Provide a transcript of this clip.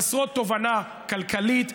חסרות תובנה כלכלית,